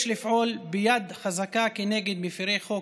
יש לפעול ביד חזקה כנגד מפירי חוק